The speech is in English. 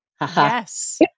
Yes